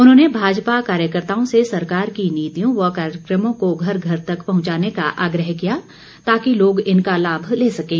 उन्होंने भाजपा कार्यकर्ताओं से सरकार की नीतियों व कार्यक्रमों को घर घर तक पहुंचाने का आग्रह किया ताकि लोग इनका लाभ ले सकें